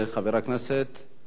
הרב ישראל אייכלר.